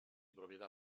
proprietà